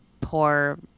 poor